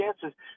chances